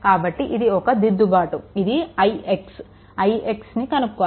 కాబట్టి ఇది ఒక దిద్దుబాటు ఇది ix ix ను కనుక్కోవాలి